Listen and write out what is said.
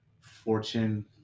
Fortune